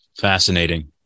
Fascinating